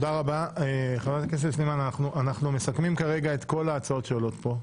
אנחנו מסכמים כרגע את כל ההצעות שעולות פה,